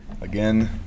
again